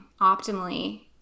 optimally